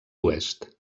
oest